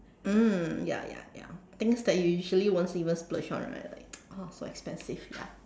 mm ya ya ya things that you usually won't see even splurge on right like ah so expensive ya